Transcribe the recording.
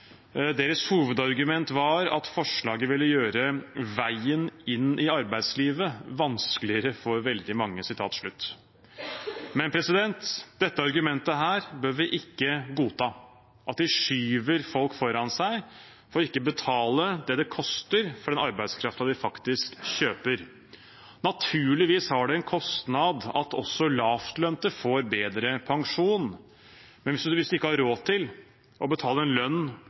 Deres hovedargument var at forslaget ville gjøre veien inn i arbeidslivet vanskeligere for veldig mange. Dette argumentet bør vi ikke godta – at de skyver folk foran seg for ikke å betale det det koster for den arbeidskraften de faktisk kjøper. Naturligvis har det en kostnad at også lavtlønte får bedre pensjon, men hvis man ikke har råd til å betale sine ansatte en lønn